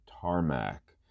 tarmac